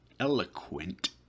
eloquent